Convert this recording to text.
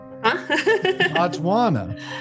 Atwana